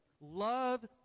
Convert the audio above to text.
Love